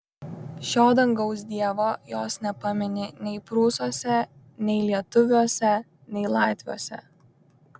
šio dangaus dievo jos nepamini nei prūsuose nei lietuviuose nei latviuose